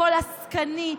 הכול עסקני,